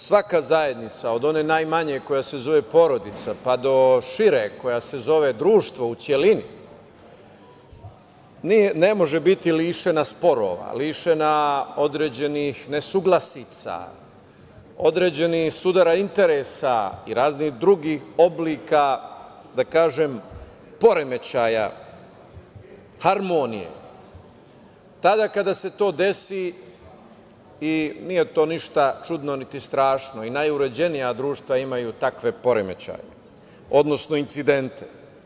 Svaka zajednica, od one najmanje koja se zove porodica, pa do šire koja se zove društvo u celini, ne može biti lišena sporova, lišena određenih nesuglasica, određenih sudova interesa i raznih drugih oblika, da kažem, poremećaja harmonije, tada kada se to desi, i nije to ništa čudno niti strašno, i najuređenija društva imaju takve poremećaje, odnosno incidente.